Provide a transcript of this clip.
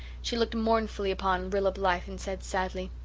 she looked mournfully upon rilla blythe and said sadly,